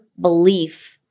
belief